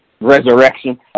Resurrection